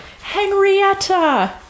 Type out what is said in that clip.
Henrietta